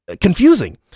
confusing